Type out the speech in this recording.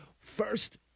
First